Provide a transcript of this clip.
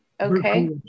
Okay